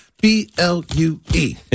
B-L-U-E